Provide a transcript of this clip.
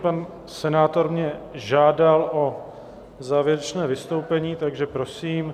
Pan senátor mě žádal o závěrečné vystoupení, takže prosím.